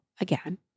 again